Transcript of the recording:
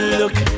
look